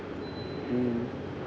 mm